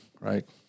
right